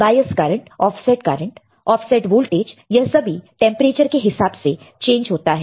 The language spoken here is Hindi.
बायस current offset current offset voltage यह सभी टेंपरेचर के हिसाब से चेंज होता है